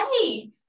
hey